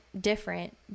different